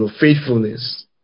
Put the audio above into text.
faithfulness